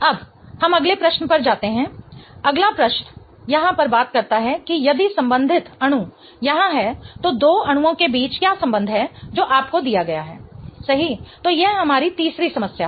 अब हम अगले प्रश्न पर जाते हैं अगला प्रश्न यहाँ पर बात करता है कि यदि संबंधित अणु यहाँ है तो दो अणुओं के बीच क्या संबंध है जो आपको दिया गया है सही तो यह हमारी तीसरी समस्या है